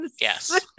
yes